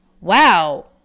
wow